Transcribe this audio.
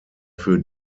für